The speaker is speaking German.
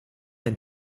ein